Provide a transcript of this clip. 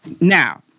Now